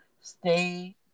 stay